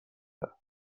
کرد